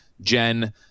Jen